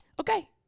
okay